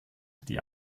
die